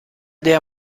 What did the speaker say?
der